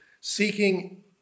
Seeking